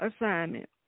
assignment